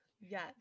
Yes